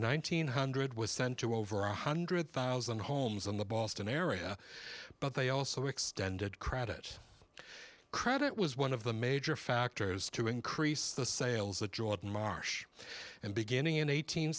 nine hundred was sent to over one hundred thousand homes in the boston area but they also extended credit credit was one of the major factors to increase the sales of jordan marsh and beginning in eight